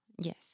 Yes